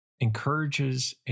encourages